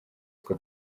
utwo